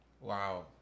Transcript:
Wow